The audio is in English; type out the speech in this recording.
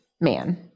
man